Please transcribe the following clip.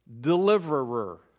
deliverer